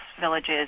villages